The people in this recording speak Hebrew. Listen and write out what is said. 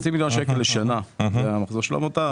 חצי מיליון שקל לשנה, זה המחזור של העמותה.